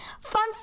fun